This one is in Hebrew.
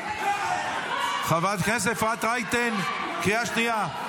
--- חברת הכנסת אפרת רייטן, קריאה שנייה.